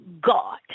God